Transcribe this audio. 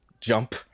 jump